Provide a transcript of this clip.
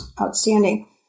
outstanding